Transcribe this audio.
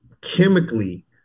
chemically